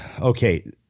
okay